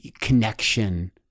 connection